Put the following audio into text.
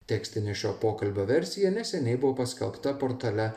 tekstinė šio pokalbio versiją neseniai buvo paskelbta portale